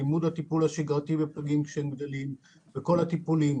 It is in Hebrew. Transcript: לימוד הטיפול השגרתי בפגים כשהם גדלים וכל הטיפול.